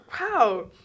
Wow